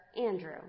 Andrew